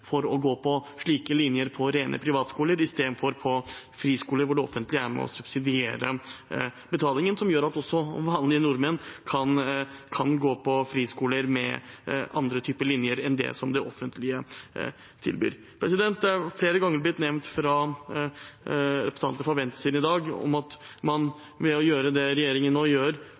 for å gå på slike linjer på rene privatskoler, istedenfor på friskoler hvor det offentlige er med på å subsidiere betalingen, som gjør at også vanlige nordmenn kan gå på friskoler med andre type linjer enn det offentlige tilbyr. Det er flere ganger blitt nevnt fra representantene fra venstresiden i dag at man ved å gjøre det regjeringen nå gjør,